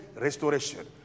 restoration